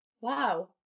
wow